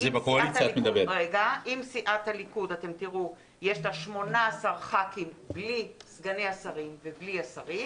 אם לסיעת הליכוד יש 18 חברי כנסת בלי סגני השרים ובלי השרים,